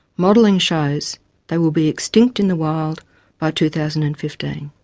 modelling shows they will be extinct in the wild by two thousand and fifteen.